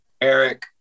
Eric